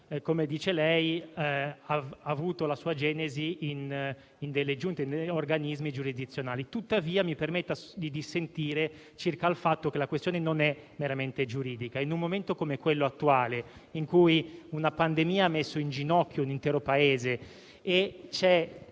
come dice lei, ha avuto la sua genesi in organismi giurisdizionali, tuttavia mi permetto di dissentire circa il fatto che la questione sia meramente giuridica. In un momento come quello attuale, in cui una pandemia ha messo in ginocchio l'intero Paese, in